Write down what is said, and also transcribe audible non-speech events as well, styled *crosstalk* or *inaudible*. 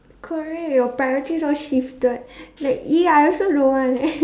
correct your priorities all shifted like !ee! I also don't want *laughs*